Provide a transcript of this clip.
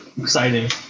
exciting